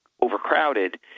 overcrowded